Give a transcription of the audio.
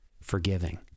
forgiving